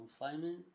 confinement